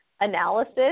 analysis